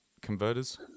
converters